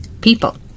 people